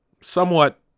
somewhat